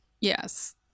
yes